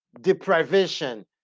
deprivation